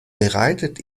bereitet